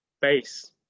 base